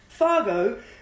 Fargo